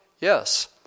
yes